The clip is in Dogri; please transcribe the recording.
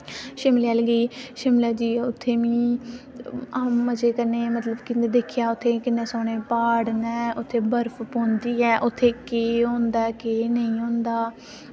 शिमला अल्ल गेई उत्थें जाइयै मिगी मजे कन्नै में मतलब की दिक्खेआ उत्थें किन्ने सोह्ने प्हाड़ न बर्फ पौंदी ऐ उत्थें केह् होंदा केह् नेईं होंदा